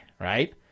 right